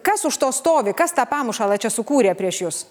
kas už to stovi kas tą pamušalą čia sukūrė prieš jus